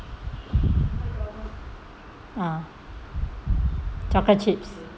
ah chocolate chips